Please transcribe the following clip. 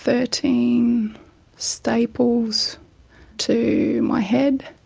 thirteen staples to my head,